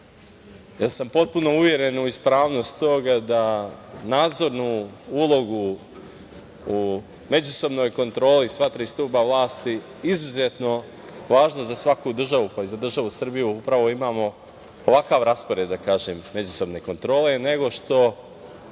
reda. Uveren sam u ispravnost toga da nadzornu ulogu u međusobnoj kontroli sva tri stuba vlasti izuzetno važno za svaku državu, pa i za državu Srbiju, upravo imamo ovakav raspored međusobne kontrole, nego što